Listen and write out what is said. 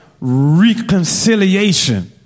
reconciliation